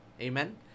Amen